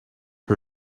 her